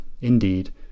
indeed